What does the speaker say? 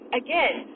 again